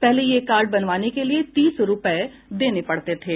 पहले यह कार्ड बनवाने के लिए तीस रूपये देने पड़ते थे